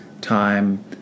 time